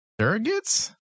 surrogates